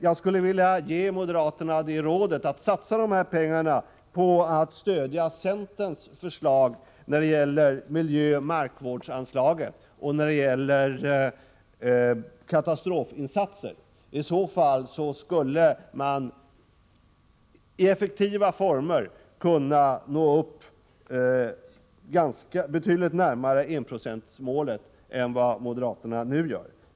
Jag skulle vilja ge moderaterna rådet att stödja centerns förslag beträffande miljöoch markvårdsanslaget samt anslaget till katastrofinsatser. På dessa områden kan de satsa pengarna. På det sättet skulle vi på ett effektivt sätt komma närmare enprocentsmålet än vad moderaterna nu gör.